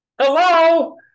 Hello